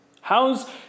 How's